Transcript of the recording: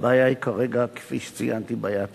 הבעיה היא כרגע, כפי שציינתי, בעיה תקציבית.